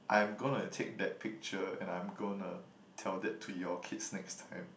I'm gonna take that picture and I'm gonna tell that to your kids next time